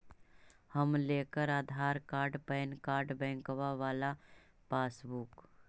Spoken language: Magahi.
हम लेकर आधार कार्ड पैन कार्ड बैंकवा वाला पासबुक?